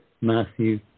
Matthew